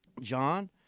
John